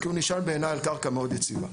שנשען בעיניי על קרקע מאוד יציבה.